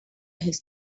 his